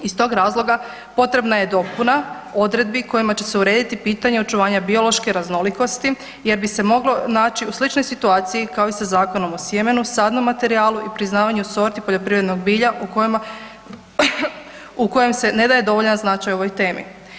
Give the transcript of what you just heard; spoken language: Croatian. Iz tog razloga potrebna je dopuna odredbi kojima će se urediti pitanje očuvanja biološke raznolikosti jer bi se moglo naći u sličnoj situaciji kao i sa Zakonom o sjemenu, sadnom materijalu i priznavanju sorti poljoprivrednog bilja u kojima, u kojem se ne daje dovoljan značaj o ovoj temi.